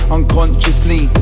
Unconsciously